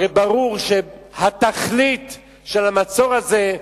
הרי ברור שהתכלית של המצור הזה,